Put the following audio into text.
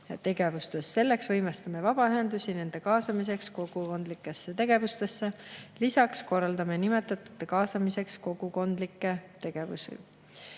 tegevustes. Selleks võimestame vabaühendusi nende kaasamiseks kogukondlikesse tegevustesse. Lisaks korraldame nimetatute kaasamiseks kogukondlikke tegevusi.